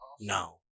No